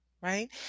Right